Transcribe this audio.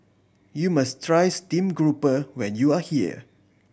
you must try steamed grouper when you are here